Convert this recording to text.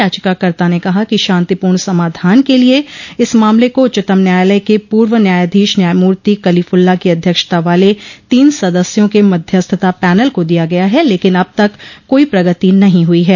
याचिकाकर्ता ने कहा कि शांतिपूर्ण समाधान के लिए इस मामले को उच्चतम न्यायालय के पूर्व न्यायाधीश न्यायमूर्ति कलोफुल्ला की अध्यक्षता वाले तीन सदस्यों के मध्यस्थता पैनल को दिया गया है लेकिन अब तक कोई प्रगति नहीं हुई है